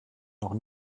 noch